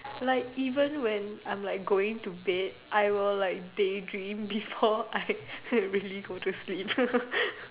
like even when I'm going to bed I will like day dream before I really go to sleep